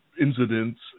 incidents